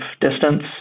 distance